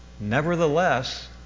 Nevertheless